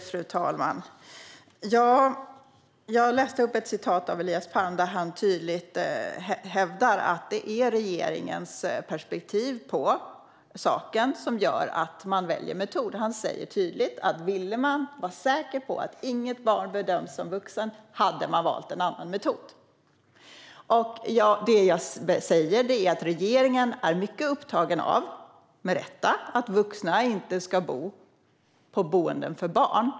Fru talman! Jag läste upp ett citat av Elias Palm där han tydligt hävdar att det är regeringens perspektiv på saken som gör att man väljer denna metod. Han säger tydligt att om man ville vara säker på att inget barn bedöms som vuxen skulle man ha valt en annan metod. Det jag säger är att regeringen, med rätta, är mycket upptagen av att vuxna inte ska bo på boenden för barn.